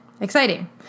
exciting